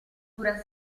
dura